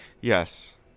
Yes